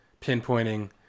pinpointing